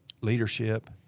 leadership